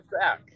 back